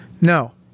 no